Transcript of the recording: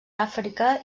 àfrica